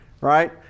right